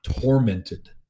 tormented